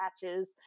patches